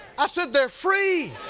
i said, they're free.